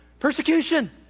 Persecution